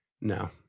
No